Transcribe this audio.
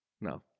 No